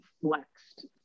flexed